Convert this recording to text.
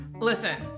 Listen